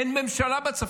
אין ממשלה בצפון,